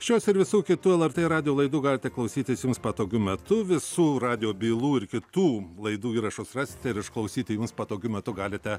šios ir visų kitų lrt radijo laidų galite klausytis jums patogiu metu visų radijo bylų ir kitų laidų įrašus rasite ir išklausyti jums patogiu metu galite